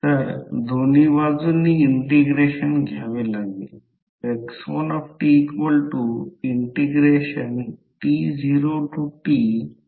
तर जसे ते खालच्या दिशेने आहे म्हणजे हे आहे आणि हे आहे जसे की पॉसिटिव्ह टर्मिनलसाठी करंट बाहेर पडतो तसेच फ्लक्स दिशा देखील आहे म्हणूनच हे आहे हे आहे म्हणूनच या आकृतीमध्ये मी दिलेली प्रत्येक गोष्ट घेतली आहे